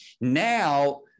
now